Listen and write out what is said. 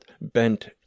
bent